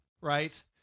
right